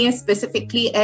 specifically